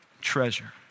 treasure